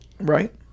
Right